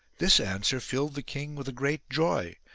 this answer filled the king with a great joy,